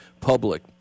public